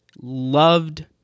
loved